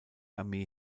armee